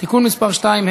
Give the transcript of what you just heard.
(תיקון מס' 2),